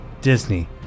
Disney